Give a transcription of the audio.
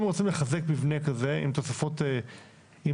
אם רוצים לחזק מבנה כזה עם תוספת בנייה,